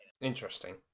Interesting